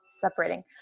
separating